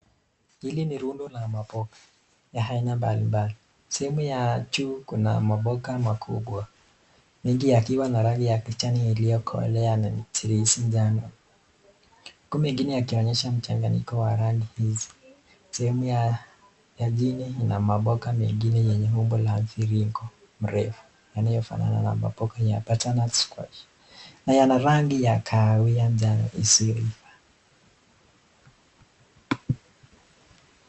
Hili ni rundo la mamboga aina mbali mbali. Sehemu ya juu kuna maboga makubwa, mengi yakiwa na rangi ya kijani iliyokolea na njano. Huku mengine yakionyesha mchanganyiko wa rangi hizi, sehemu ya chini na maboga mengine yenye umbo la mviringo yanayo fanana na maboga ya Butternut . Na yana rangi ya kawahia njano isiyo iva.